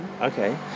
Okay